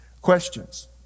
questions